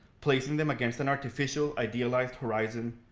placing them against an artificial idealized horizon,